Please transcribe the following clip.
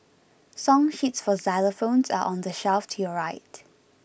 song sheets for xylophones are on the shelf to your right